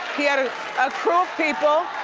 he had ah a crew of people.